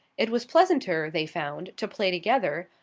it was pleasanter, they found, to play together,